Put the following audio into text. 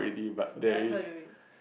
I've heard of it